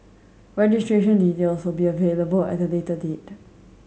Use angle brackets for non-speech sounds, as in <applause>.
registration details will be available at a later date <unintelligible>